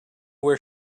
where